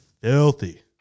filthy